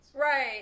Right